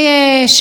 משהו כזה,